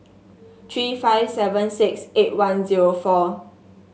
three five seven six eight one zero four